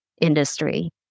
industry